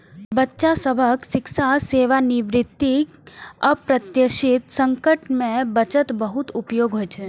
बच्चा सभक शिक्षा, सेवानिवृत्ति, अप्रत्याशित संकट मे बचत बहुत उपयोगी होइ छै